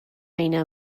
اینا